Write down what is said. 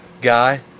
Guy